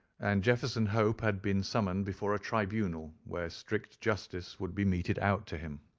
and jefferson hope had been summoned before a tribunal where strict justice would be meted out to him.